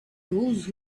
those